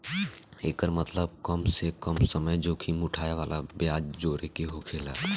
एकर मतबल कम से कम समय जोखिम उठाए वाला ब्याज जोड़े के होकेला